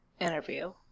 interview